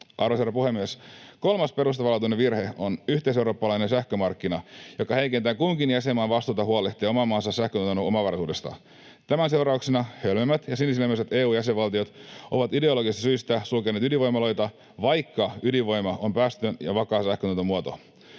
Arvoisa herra puhemies! Kolmas perustavanlaatuinen virhe on yhteiseurooppalainen sähkömarkkina, joka heikentää kunkin jäsenmaan vastuuta huolehtia oman maansa sähköntuotannon omavaraisuudesta. Tämän seurauksena hölmöt ja sinisilmäiset EU-jäsenvaltiot ovat ideologisista syistä sulkeneet ydinvoimaloita, vaikka ydinvoima on päästötön ja vakaa sähköntuotantomuoto.